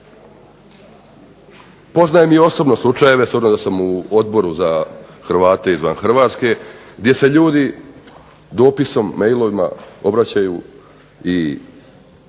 Poznajem i osobno slučajeve, s obzirom da sam u Odboru za Hrvate izvan Hrvatske, gdje se ljudi dopisom, mailovima obraćaju i